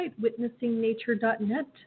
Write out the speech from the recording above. witnessingnature.net